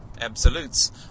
absolutes